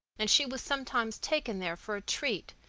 and she was sometimes taken there for a treat,